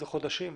אלה חודשים.